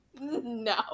No